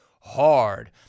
hard